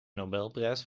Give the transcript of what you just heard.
nobelprijs